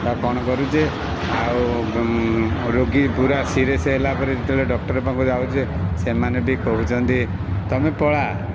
ବା କ'ଣ କରୁଛେ ଆଉ ରୋଗୀ ପୁରା ସିରିୟସ୍ ହେଲା ପରେ ଯେତେବେଳେ ଡକ୍ଟର ପାଖକୁ ଯାଉଛେ ସେମାନେ ବି କହୁଛନ୍ତି ତୁମେ ପଳା